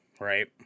right